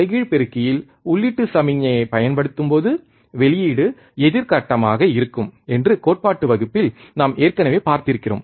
தலைகீழ் பெருக்கியில் உள்ளீட்டு சமிக்ஞையைப் பயன்படுத்தும்போது வெளியீடு எதிர் கட்டமாக இருக்கும் என்று கோட்பாட்டு வகுப்பில் நாம் ஏற்கனவே பார்த்திருக்கிறோம்